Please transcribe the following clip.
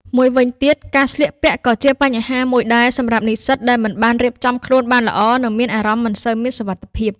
មួយវិញទៀត ការស្លៀកពាក់ក៏៏ជាបញ្ហាមួយដែរ សម្រាប់និស្សិតដែលមិនបានរៀបចំខ្លួនបានល្អ នឹងមានអារម្មណ៍មិនសូវមានសុវត្ថិភាព។